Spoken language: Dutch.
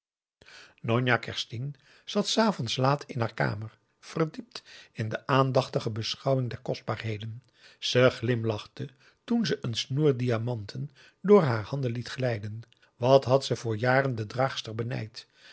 njonjah kerstien zat s avonds laat in haar kamer verdiept in de aandachtige beschouwing der kostbaarheden ze glimlachte toen ze een snoer diamanten door haar handen liet glijden wat had ze voor jaren de draagster benijd